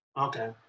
Okay